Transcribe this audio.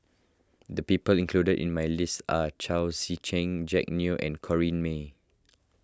the people included in my list are Chao Tzee Cheng Jack Neo and Corrinne May